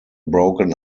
broken